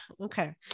Okay